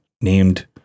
named